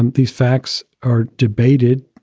and these facts are debated